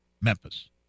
Memphis